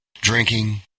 Drinking